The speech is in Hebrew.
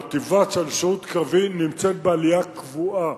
המוטיבציה לשירות קרבי נמצאת בעלייה קבועה.